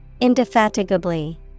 Indefatigably